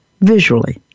Visually